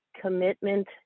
commitment